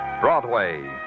Broadway